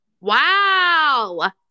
Wow